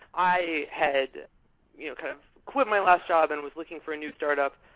i had you know kind of quit my last job and was looking for a new startup,